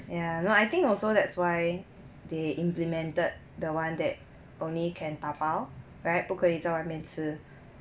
ya lor I think also that's why they implemented the one that only can dabao right 不可以在外面吃